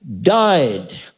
died